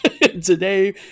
Today